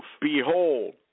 behold